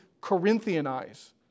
Corinthianize